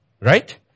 Right